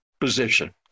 position